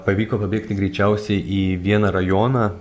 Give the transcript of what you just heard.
pavyko pabėgti greičiausiai į vieną rajoną